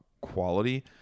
quality